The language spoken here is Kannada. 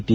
ಟಿ